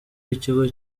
w’ikigo